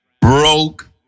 broke